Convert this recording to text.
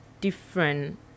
different